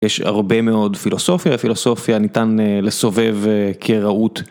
יש הרבה מאוד פילוסופיה, הפילוסופיה ניתן לסובב כראות...